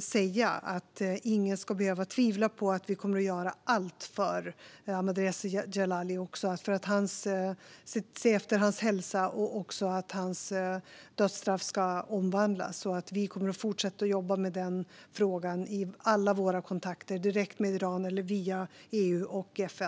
säga att ingen ska behöva tvivla på att vi kommer att göra allt för Ahmadreza Djalali för att se efter hans hälsa och för att hans dödsstraff ska omvandlas. Vi kommer att fortsätta att jobba med den frågan i alla våra kontakter, direkt med Iran eller via EU och FN.